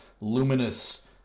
luminous